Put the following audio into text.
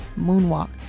moonwalk